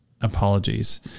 apologies